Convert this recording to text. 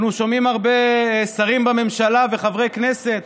אנחנו שומעים הרבה שרים בממשלה וחברי כנסת,